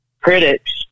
critics